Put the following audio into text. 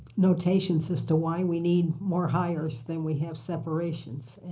notations as to why we need more hires than we have separations